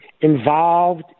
involved